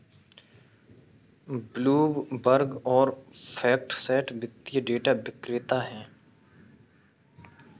Bloomberg और FactSet वित्तीय data विक्रेता हैं